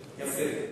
מותפלים.